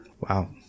Wow